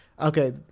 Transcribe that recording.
okay